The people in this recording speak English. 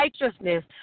righteousness